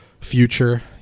future